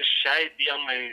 šiai dienai